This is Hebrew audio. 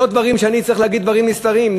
זה לא שאני צריך להגיד דברים נסתרים.